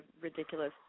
ridiculous